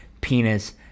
penis